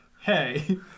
hey